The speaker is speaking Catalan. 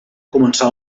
començà